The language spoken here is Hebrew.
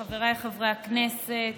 חבריי חברי הכנסת,